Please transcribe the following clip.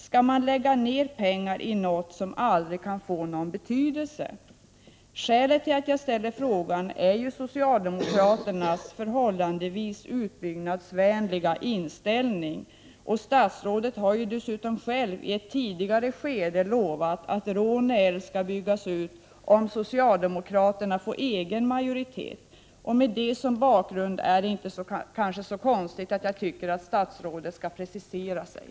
Skall pengar läggas på något som aldrig kan få någon betydelse? Skälet till att jag ställer frågan är socialdemokraternas förhållandevis utbyggnadsvänliga inställning, och statsrådet har ju dessutom själv i ett tidigare skede lovat att Råne älv skall byggas ut om socialdemokraterna får egen majoritet. Med detta som bakgrund är det kanske inte så konstigt att jag tycker att statsrådet skall precisera sig.